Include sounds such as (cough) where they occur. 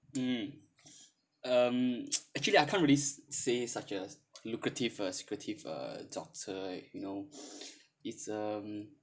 mm um (noise) actually I can't really s~ say such as lucrative or secretive uh doctor you know it's um